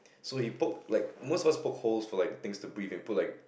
so he poked like most of us poked holes for like things to breathe he poked like